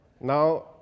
Now